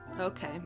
Okay